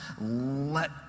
let